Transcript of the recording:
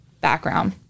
background